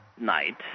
night